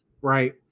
right